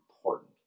important